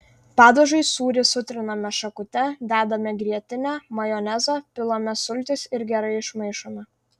padažui sūrį sutriname šakute dedame grietinę majonezą pilame sultis ir gerai išmaišome